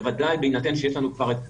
בוודאי בהינתן שיש לנו כבר את חוק-יסוד: